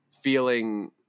feeling